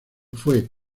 fue